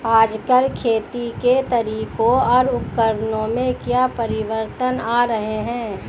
आजकल खेती के तरीकों और उपकरणों में क्या परिवर्तन आ रहें हैं?